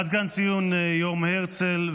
עד כאן ציון יום הרצל.